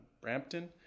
Brampton